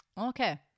Okay